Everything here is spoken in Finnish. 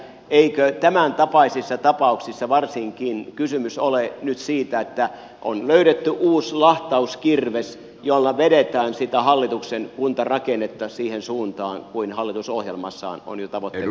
eikö tämäntapaisissa tapauksissa varsinkin kysymys ole nyt siitä että on löydetty uusi lahtauskirves jolla vedetään sitä hallituksen kuntarakennetta siihen suuntaan kuin hallitus ohjelmassaan on jo tavoitteeksi asettanut